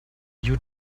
you